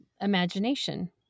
imagination